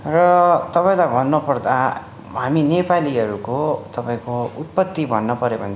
र तपाईँलाई भन्नपर्दा हामी नेपालीहरूको तपाईँको उत्पत्ति भन्न पऱ्यो भने चाहिँ